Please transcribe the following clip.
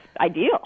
ideal